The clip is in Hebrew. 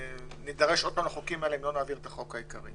בה נידרש עוד פעם לחוקים האלה אם לא נעביר את החוק העיקרי.